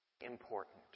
important